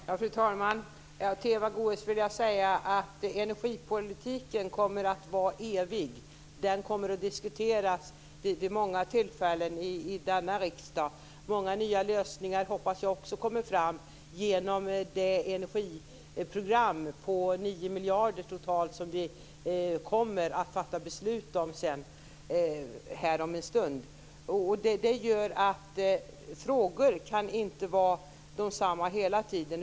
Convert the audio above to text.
Fru talman! Till Eva Goës vill jag säga att energipolitiken kommer att vara evig. Den kommer att diskuteras vid många tillfällen i denna riksdag. Jag hoppas också att många nya lösningar kommer fram genom det energiprogram på totalt 9 miljarder som vi kommer att fatta beslut om här om en stund. Det gör att frågorna inte kan vara desamma hela tiden.